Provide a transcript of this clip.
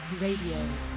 Radio